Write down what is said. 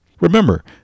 Remember